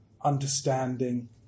understanding